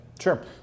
Sure